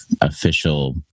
official